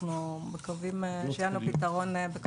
אנחנו מקווים שיהיה לנו פתרון ממש בקרוב.